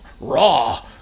raw